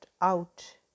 out